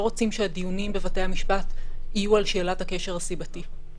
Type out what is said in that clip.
רוצים שהדיונים בבתי המשפט יהיו על שאלת הקשר הסיבתי.